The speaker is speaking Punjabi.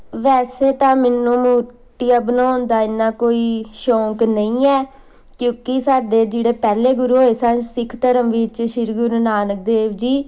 ਵੈਸੇ ਤਾਂ ਮੈਨੂੰ ਮੂਰਤੀਆਂ ਬਣਾਉਣ ਦਾ ਐਨਾ ਕੋਈ ਸ਼ੌਕ ਨਹੀਂ ਹੈ ਕਿਉਂਕਿ ਸਾਡੇ ਜਿਹੜੇ ਪਹਿਲੇ ਗੁਰੂ ਹੋਏ ਸਨ ਸਿੱਖ ਧਰਮ ਵਿੱਚ ਸ਼੍ਰੀ ਗੁਰੂ ਨਾਨਕ ਦੇਵ ਜੀ